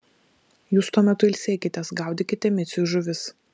jūs tuo metu ilsėkitės gaudykite miciui žuvis